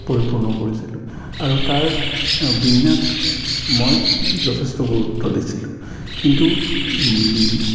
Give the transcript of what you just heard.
পৰিপূৰ্ণ কৰিছিলোঁ আৰু তাৰ বিন্যসটোত মই যথেষ্ট গুৰুত্ব দিছিলোঁ কিন্তু